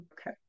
okay